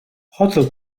hotel